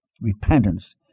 Repentance